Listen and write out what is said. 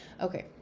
Okay